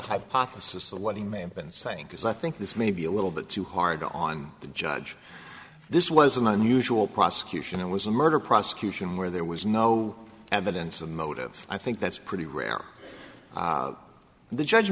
hypothesis of what he may have been saying because i think this may be a little bit too hard on the judge this was an unusual prosecution it was a murder prosecution where there was no evidence of motive i think that's pretty rare the judge